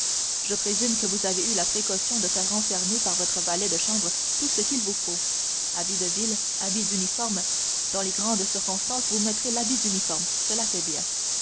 je présume que vous avez eu la précaution de faire enfermer par votre valet de chambre tout ce qu'il vous faut habits de ville habits d'uniforme dans les grandes circonstances vous mettrez l'habit d'uniforme cela fait bien